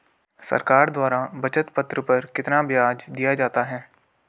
सरकार द्वारा बचत पत्र पर कितना ब्याज दिया जाता है?